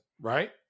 right